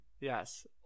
Yes